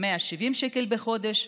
170 שקל בחודש,